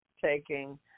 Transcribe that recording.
taking